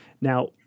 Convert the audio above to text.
Now